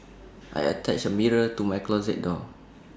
I attached A mirror to my closet door